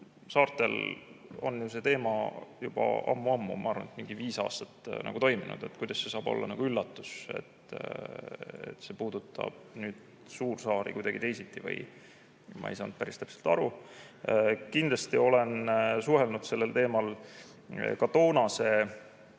väikesaartel on see teema juba ammu-ammu, ma arvan, et viis aastat toiminud. Kuidas see saab olla üllatus, et see puudutab nüüd suursaari kuidagi teisiti? Või ma ei saanud päris täpselt aru. Kindlasti olen suhelnud sellel teemal ka toonase